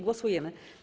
Głosujemy.